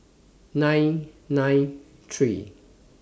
nine nine three